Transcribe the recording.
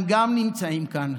גם הם נמצאים כאן.